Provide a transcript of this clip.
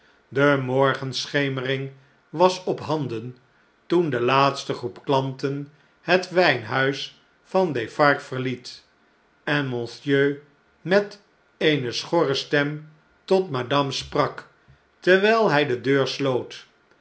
de morgenschemering was ophanden toen de laatste groep klanten het wijnhuis van defarge verliet en monsieur met eene schorre stem tot madame sprak terwijl hij de deur sloot